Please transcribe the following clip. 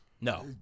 No